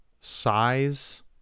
size